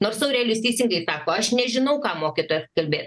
nors aurelijus teisingai sako aš nežinau ką mokytojas kalbės